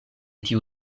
tiu